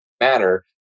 matter